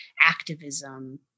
activism